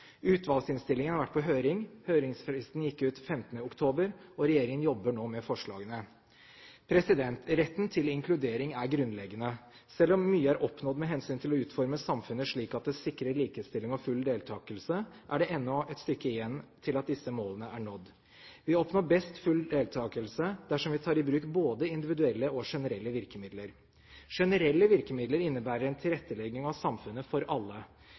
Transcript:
Utvalgsinnstillingen har vært på høring, høringsfristen gikk ut 15. oktober, og regjeringen jobber nå med forslagene. Retten til inkludering er grunnleggende. Selv om mye er oppnådd med hensyn til å utforme samfunnet slik at det sikrer likestilling og full deltakelse, er det ennå et stykke igjen til disse målene er nådd. Vi oppnår best full deltakelse dersom vi tar i bruk både individuelle og generelle virkemidler. Generelle virkemidler innebærer en tilrettelegging av samfunnet for alle.